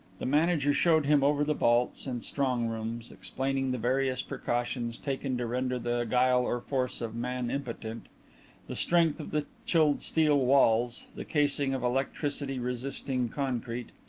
the manager showed him over the vaults and strong-rooms, explaining the various precautions taken to render the guile or force of man impotent the strength of the chilled-steel walls, the casing of electricity-resisting concrete,